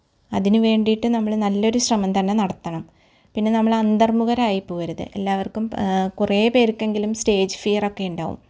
അതിന് വേണ്ടിയിട്ട് നമ്മൾ നല്ലൊരു ശ്രമം തന്നെ നടത്തണം പിന്നെ നമ്മൾ അന്തർമുഖരായി പോവരുത് എല്ലാവർക്കും കുറേ പേർക്കെങ്കിലും സ്റ്റേജ് ഫിയർ ഒക്കെ ഉണ്ടാവും